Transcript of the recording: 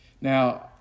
Now